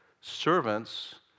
Servants